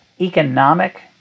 economic